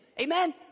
Amen